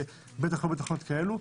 בטח לא בתחנות כאלו.